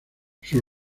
sus